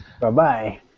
Bye-bye